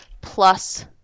plus